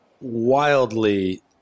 wildly